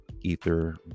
Ether